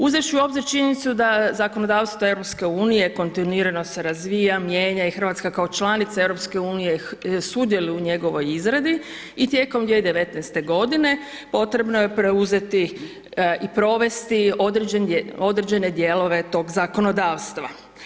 Uzevši u obzir činjenicu da zakonodavstvo EU-a kontinuirano se razvija, mijenja i Hrvatska kao članica EU-a sudjeluje u njegovoj izradi i tijekom 2019. g. potrebno je preuzeti i provesti određene dijelove tog zakonodavstva.